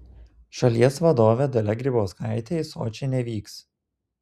šalies vadovė dalia grybauskaitė į sočį nevyks